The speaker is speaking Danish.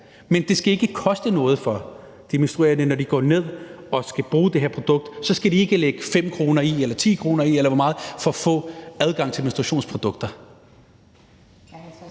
Men det skal ikke koste noget for de menstruerende, når de går ned og skal bruge det her produkt. Så skal de ikke lægge 5 kr. i eller 10 kr. i, eller hvor meget, for at få adgang til menstruationsprodukter.